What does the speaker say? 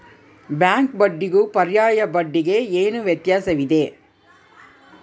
Bank ಬಡ್ಡಿಗೂ ಪರ್ಯಾಯ ಬಡ್ಡಿಗೆ ಏನು ವ್ಯತ್ಯಾಸವಿದೆ?